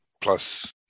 plus